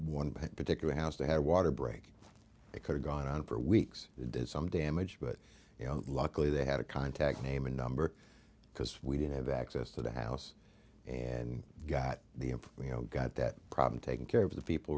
one particular house they had water break it could've gone on for weeks did some damage but you know luckily they had a contact name and number because we didn't have access to the house and got the you know got that problem taken care of the people